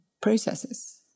processes